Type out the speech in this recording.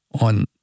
on